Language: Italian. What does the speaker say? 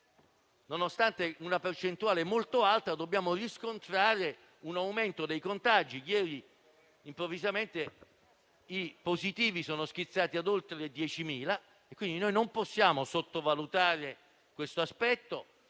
nonostante una percentuale molto alta di vaccinazioni, dobbiamo riscontrare un aumento dei contagi. Ieri, improvvisamente, i positivi sono schizzati ad oltre 10.000. Noi non possiamo, quindi, sottovalutare questo aspetto.